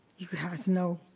you guys know.